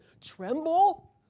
tremble